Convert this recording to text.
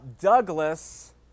Douglas